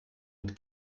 mit